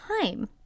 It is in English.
time